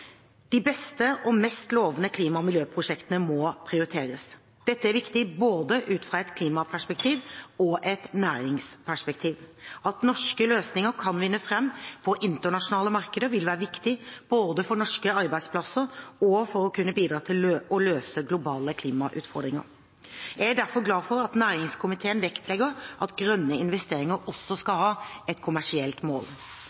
De beste og mest lovende klima- og miljøprosjektene må prioriteres. Dette er viktig både ut fra et klimaperspektiv og et næringsperspektiv. At norske løsninger kan vinne fram på internasjonale markeder, vil være viktig både for norske arbeidsplasser og for å kunne bidra til å løse globale klimautfordringer. Jeg er derfor glad for at næringskomiteen vektlegger at grønne investeringer også skal ha et kommersielt mål.